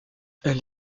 elle